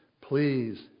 please